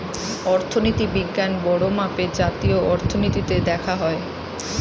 অর্থনীতি বিজ্ঞান বড়ো মাপে জাতীয় অর্থনীতিতে দেখা হয়